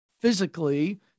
physically